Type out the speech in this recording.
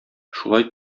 шулай